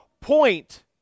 point